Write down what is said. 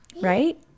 right